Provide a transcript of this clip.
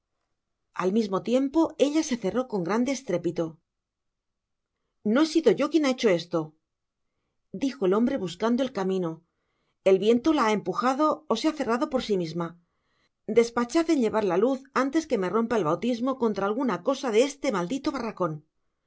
al mismo tiempo ella se cerró con grande estrépito no he sido yo quien ha hecho estol dijo el hombre buscando el camino el viento la ha empujado ó se ha cerrado por si misma despachad en llevar la luz antes que me rompa el bautismo contra alguna cosa de este maldito barracon